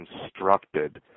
constructed